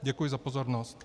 Děkuji za pozornost.